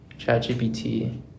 ChatGPT